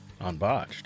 unbotched